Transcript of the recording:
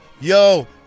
yo